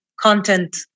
content